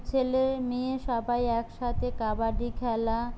ছেলে মেয়ে সবাই একসাথে কাবাডি খেলা